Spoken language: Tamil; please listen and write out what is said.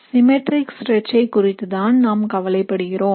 சிம்மெட்ரிக் ஸ்ட்ரெச் ஐ குறித்துதான் நாம் கவலைப்படுகிறோம்